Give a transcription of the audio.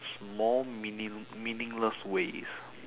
small meaning~ meaningless ways